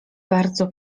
bardzo